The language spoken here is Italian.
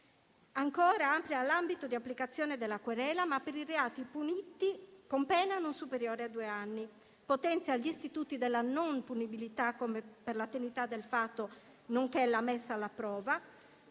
amplia inoltre l'ambito di applicazione della querela, per i reati puniti con pena non superiore a due anni, e si potenziano gli istituti della non punibilità, come per la tenuità del fatto, nonché la messa alla prova;